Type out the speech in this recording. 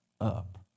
up